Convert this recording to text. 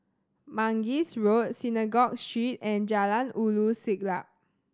Mangis Road Synagogue Street and Jalan Ulu Siglap